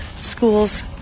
schools